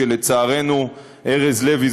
שלצערנו ארז לוי,